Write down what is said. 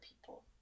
people